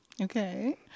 Okay